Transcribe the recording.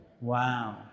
Wow